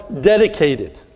dedicated